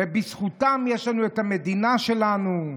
ובזכותם יש לנו את המדינה שלנו.